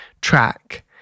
track